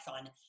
on